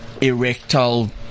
Erectile